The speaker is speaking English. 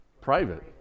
Private